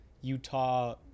Utah